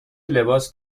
لباس